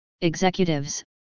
executives